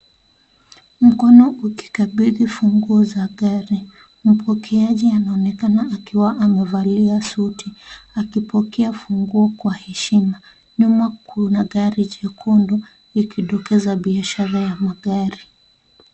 Mkono ukikabidhi funguo za gari, mpokeaji anaonekana akiwa amevalia suti akipokea funguo kwa heshima. Nyuma kuna gari jekundu ikidokeza biashara ya magari.